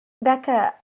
Becca